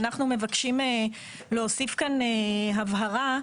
ואנחנו מבקשים להוסיף הבהרה,